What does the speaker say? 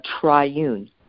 triune